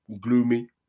gloomy